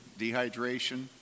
dehydration